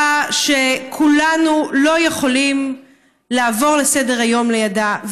שכולנו לא יכולים לעבור לסדר-היום לידה,